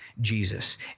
Jesus